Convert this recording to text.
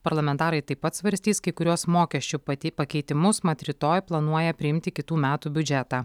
parlamentarai taip pat svarstys kai kuriuos mokesčių pati pakeitimus mat rytoj planuoja priimti kitų metų biudžetą